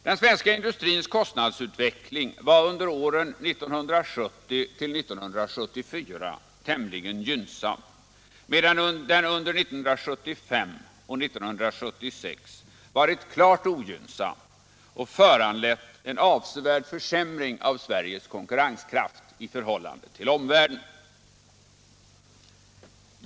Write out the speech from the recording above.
Den svenska industrins kostnadsutveckling har under åren 1970-1974 varit tämligen gynnsam, medan den under 1975 och 1976 har varit klart ogynnsam och föranlett en avsevärd försämring av Sveriges konkurrenskraft i förhållande till omvärlden.